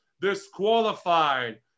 disqualified